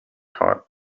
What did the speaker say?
card